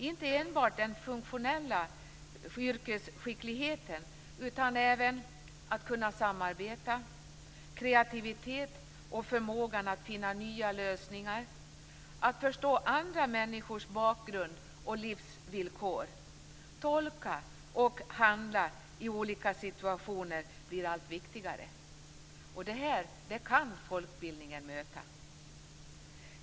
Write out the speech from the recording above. Inte enbart den funktionella yrkesskickligheten utan även förmågan att samarbeta, liksom kreativiteten och förmågan att finna nya lösningar, att förstå andra människors bakgrund och livsvillkor, att tolka och att handla i olika situationer, blir allt viktigare. Det här kan folkbildningen möta.